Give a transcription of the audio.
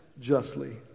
justly